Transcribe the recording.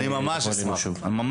אני מאוד אשמח.